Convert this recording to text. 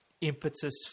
impetus